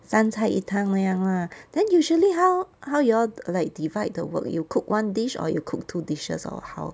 三菜一汤那样 lah then usually how how you all like divide the work you cook one dish or you cook two dishes or how